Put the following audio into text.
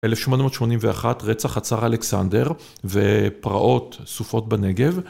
1881 רצח הצאר אלכסנדר ופרעות סופות בנגב.